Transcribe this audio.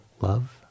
love